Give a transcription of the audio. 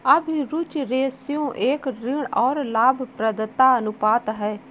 अभिरुचि रेश्यो एक ऋण और लाभप्रदता अनुपात है